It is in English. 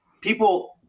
people